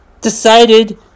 decided